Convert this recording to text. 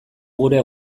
gure